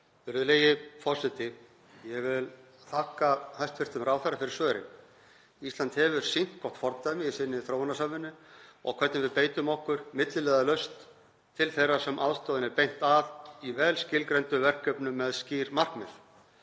Virðulegi forseti. Ég vil þakka hæstv. ráðherra fyrir svörin. Ísland hefur sýnt gott fordæmi í sinni þróunarsamvinnu og hvernig við beitum okkur milliliðalaust til þeirra sem aðstoðinni er beint að í vel skilgreindum verkefnum með skýr markmið.